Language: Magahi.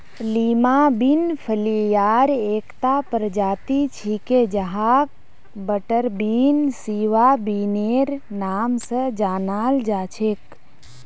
लीमा बिन फलियार एकता प्रजाति छिके जहाक बटरबीन, सिवा बिनेर नाम स जानाल जा छेक